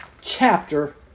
chapter